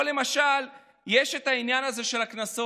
או למשל יש העניין הזה של הקנסות,